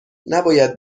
نباید